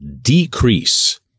decrease